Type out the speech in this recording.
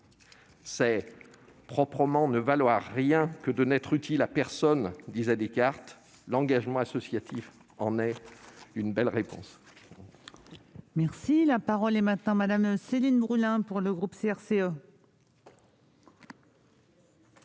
C'est proprement ne valoir rien que de n'être utile à personne », disait Descartes. L'engagement associatif en est une belle